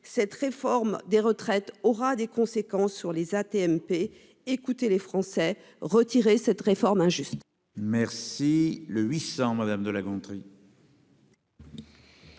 Cette réforme des retraites aura des conséquences sur les AT-MP. Écoutez les Français, retirez cette réforme injuste. L'amendement